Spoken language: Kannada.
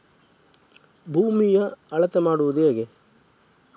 ಭೂಮಿಯ ಅಳತೆ ಮಾಡುವುದು ಹೇಗೆ?